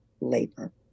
labor